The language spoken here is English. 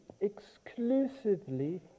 exclusively